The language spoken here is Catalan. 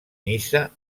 niça